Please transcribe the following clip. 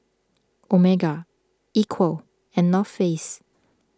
Omega Equal and North Face